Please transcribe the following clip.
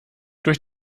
durch